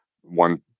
one